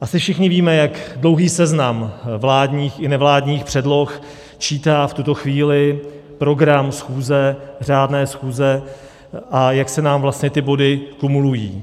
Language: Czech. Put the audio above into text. Asi všichni víme, jak dlouhý seznam vládních i nevládních předloh čítá v tuto chvíli program řádné schůze a jak se nám vlastně ty body kumulují.